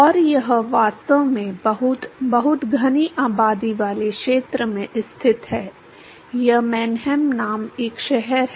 और यह वास्तव में बहुत बहुत घनी आबादी वाले क्षेत्र में स्थित है यह मैनहेम नामक एक शहर है